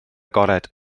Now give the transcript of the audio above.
agored